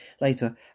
later